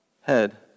head